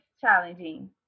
challenging